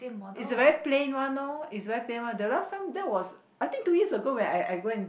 it's a very plain one loh it's very plain one the last time that was I think two years when I I go and